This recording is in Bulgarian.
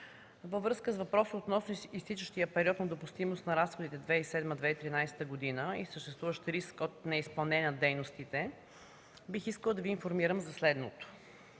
Във връзка с въпроса относно изтичащия период на допустимост на разходите 2007 - 2013 г. и съществуващ риск от неизпълнение на дейностите бих искала да Ви информирам за следното.